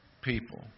people